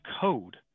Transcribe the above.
code